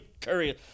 Curry